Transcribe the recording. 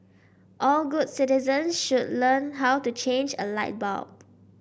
all good citizens should learn how to change a light bulb